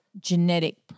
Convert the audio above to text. genetic